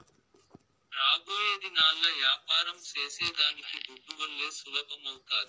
రాబోయేదినాల్ల యాపారం సేసేదానికి దుడ్డువల్లే సులభమౌతాది